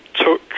took